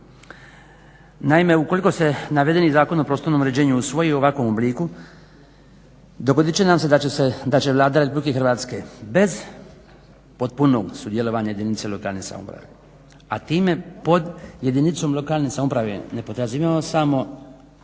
Naime, ukoliko se navedeni Zakon o prostornom uređenju usvoji u ovakvom obliku, dogodit će nam se da će Vlada RH bez potpunog sudjelovanja jedinice lokalne samouprave a time pod jedinicom lokalne samouprave ne potraživamo samo